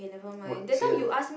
what say ah